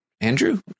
Andrew